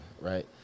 right